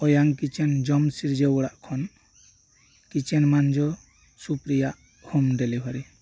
ᱚᱭᱟᱝ kitchen ᱡᱚᱢ ᱥᱤᱨᱡᱟ ᱣ ᱚᱲᱟᱜ ᱠᱷᱚᱱ ᱠᱤᱪᱮᱱ ᱢᱟᱧᱡᱚ ᱥᱩᱯᱨᱤᱭᱟᱜ ᱦᱳᱢ ᱰᱮᱞᱤᱵᱷᱟᱨᱤ